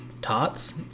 Tots